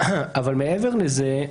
מעבר לזה,